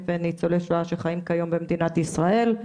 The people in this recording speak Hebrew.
ניצולי שואה שחיים כיום במדינת ישראל,